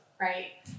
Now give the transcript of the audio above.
Right